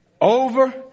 over